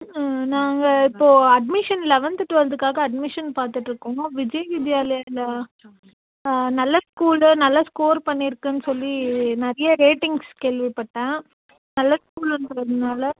நாங்கள் இப்போ admission eleventh டுவல்த்க்காக அட்மிஷன் பார்த்துட்டுருக்கோம் விஜய் வித்யாலயா நல்ல ஸ்கூல்லு நல்ல ஸ்கோர் பண்ணியிருக்குனு சொல்லி நிறைய ரேட்டிங்ஸ் கேள்விபட்டேன் நல்ல ஸ்கூல்ங்கிறதுனால